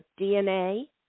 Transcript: DNA